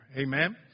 Amen